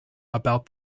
about